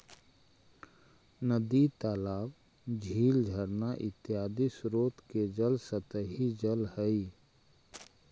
नदी तालाब, झील झरना इत्यादि स्रोत के जल सतही जल हई